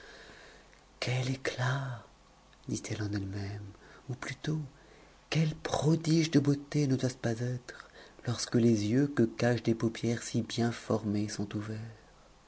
quel éclat dit-elle en elle-même ou plutôt quel prodige de beauté ne doit ce pas être lorsque les yeux que cachent des paupières si bien formées sont ouverts